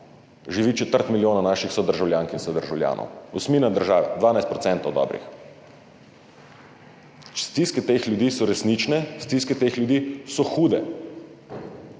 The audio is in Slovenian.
živi četrt milijona naših sodržavljank in sodržavljanov, osmina države, dobrih 12 %. Stiske teh ljudi so resnične, stiske teh ljudi so hude.